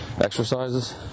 exercises